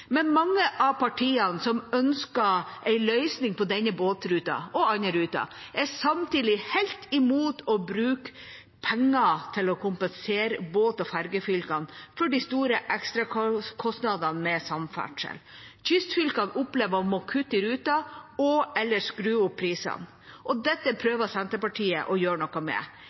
Mange av partiene som ønsker en løsning på denne og andre båtruter, er samtidig helt imot å bruke penger til å kompensere båt- og fergefylkene for de store ekstrakostnadene med samferdsel. Kystfylkene opplever å måtte kutte i ruter og/eller skru opp prisene. Dette prøver Senterpartiet å gjøre noe med.